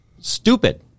stupid